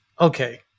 Okay